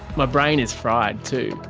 my brain is fried too.